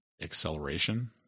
acceleration